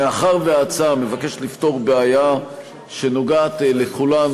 מאחר שההצעה מבקשת לפתור בעיה שנוגעת בכולנו,